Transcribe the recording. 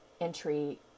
entry